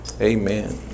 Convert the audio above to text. Amen